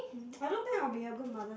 I don't think I will be a good mother